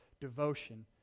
devotion